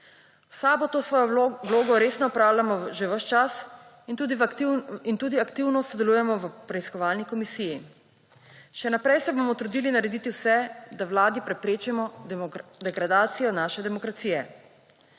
V SAB-u to svojo vlogo resno opravljamo že ves čas in tudi aktivno sodelujemo v preiskovalni komisiji. Še naprej se bomo trudili narediti vse, da vladi preprečimo degradacijo naše demokracije.